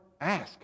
ask